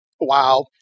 wow